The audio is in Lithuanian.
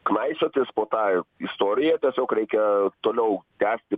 knaisiotis po tą istoriją tiesiog reikia toliau tęsti